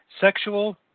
Sexual